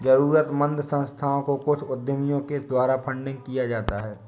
जरूरतमन्द संस्थाओं को कुछ उद्यमियों के द्वारा फंडिंग किया जाता है